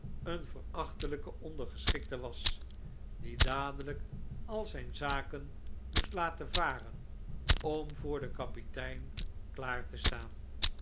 een verachtelijke ondergeschikte was die dadelijk al zijn zaken moest laten varen om voor den kapitein klaar te staan